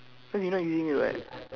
cause you not using it right